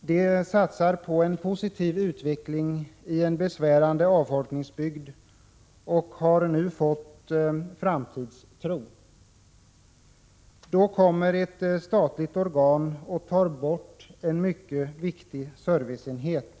De satsar på en positiv utveckling i en avfolkningsbygd med besvärande problem, och de har nu fått framtidstro. Då kommer ett statligt organ och tar bort en mycket viktig serviceenhet.